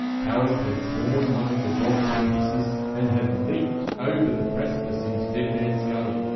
how it had torn one of the dogs to pieces, and had leaped over the precipice into dead man's gully,